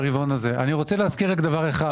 אני רוצה להזכיר רק דבר אחד.